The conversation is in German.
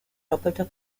doppelter